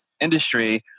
industry